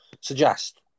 suggest